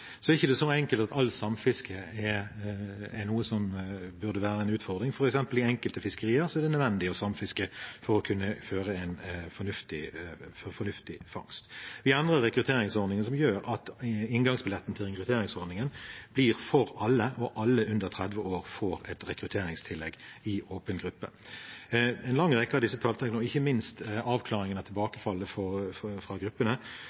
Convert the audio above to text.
Så er det ikke så enkelt at alt samfiske er noe som burde være en utfordring. For eksempel er det i enkelte fiskerier nødvendig å samfiske for å kunne få en fornuftig fangst. Vi har andre rekrutteringsordninger som gjør at inngangsbilletten til rekrutteringsordningen blir for alle, og alle under 30 år får et rekrutteringstillegg i åpen gruppe. Ikke minst avklaringen av